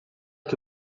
que